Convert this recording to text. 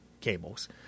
cables